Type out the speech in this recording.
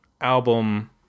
album